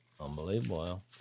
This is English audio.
Unbelievable